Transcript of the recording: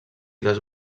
les